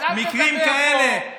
אז אל תדבר פה מפני כשאתה מטיף,